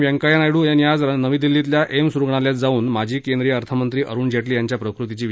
व्यंकय्या नायडू यांनी आज नवी दिल्लीतल्या एम्स रुग्णालयात जाऊन माजी केंद्रीय अर्थमंत्री अरुण जेटली यांच्या प्रकृतीची विचारपूस केली